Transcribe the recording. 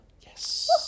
Yes